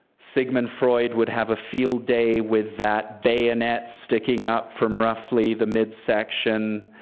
sigmund freud would have a field day with that bayonet sticking up from roughly the midsection